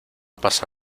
pasa